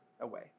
away